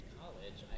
college